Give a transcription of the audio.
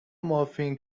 مافین